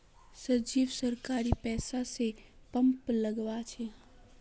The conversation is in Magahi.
संजीव सरकारी पैसा स पंप लगवा छ